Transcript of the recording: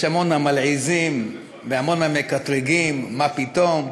יש המון המלעיזים והמון המקטרגים, מה פתאום?